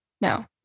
No